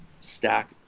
stack